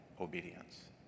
obedience